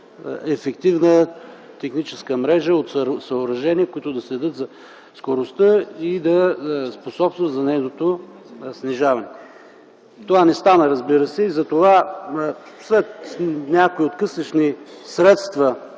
ефективна техническа мрежа от съоръжения, които да следят за скоростта и да предполагат нейното снижаване. Това не стана, разбира се. Затова след някои откъслечни